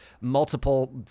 multiple